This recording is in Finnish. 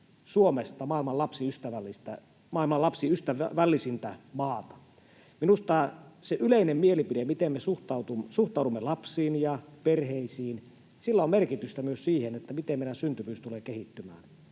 Suomesta maailman lapsiystävällisintä maata. Minusta sillä yleisellä mielipiteellä, miten me suhtaudumme lapsiin ja perheisiin, on merkitystä myös siinä, miten meidän syntyvyys tulee kehittymään.